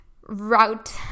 route